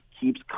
keeps